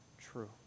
true